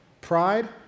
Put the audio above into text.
pride